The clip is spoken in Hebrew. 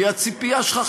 כי הציפייה שלך,